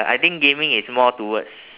I think gaming is more towards